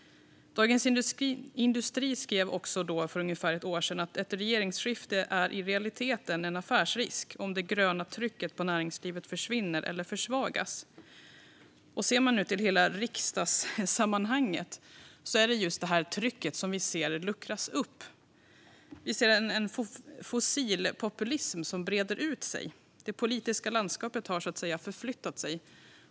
Dagens industri skrev för ungefär ett år sedan: Ett regeringsskifte är i realiteten en affärsrisk om det gröna trycket på näringslivet försvinner eller försvagas. Ser man nu till hela riksdagssammanhanget ser man att det är just detta tryck som luckras upp. Vi ser en fossilpopulism som breder ut sig. Det politiska landskapet har, så att säga, förflyttat sig.